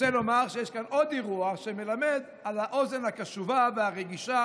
רוצה לומר שיש כאן עוד אירוע שמלמד על האוזן הקשובה והרגישה,